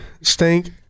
Stink